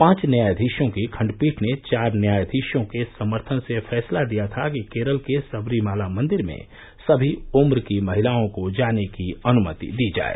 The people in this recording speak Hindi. पांच न्यायाधीशों की खण्डपीठ ने चार न्यायाधीशों के समर्थन से फैसला दिया था कि केरल के सबरीमला मंदिर में सभी उम्र की महिलाओं को जाने की अनुमति दी जाए